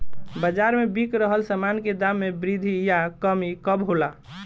बाज़ार में बिक रहल सामान के दाम में वृद्धि या कमी कब होला?